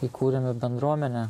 įkūrėme bendruomenę